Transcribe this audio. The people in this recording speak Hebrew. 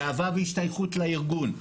גאווה והשתייכות לארגון.